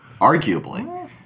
Arguably